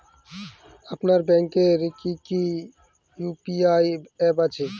আপনার ব্যাংকের কি কি ইউ.পি.আই অ্যাপ আছে?